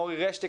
אורי רשטיק,